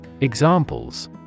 Examples